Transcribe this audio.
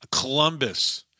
Columbus